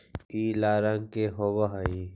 ई लाल रंग के होब हई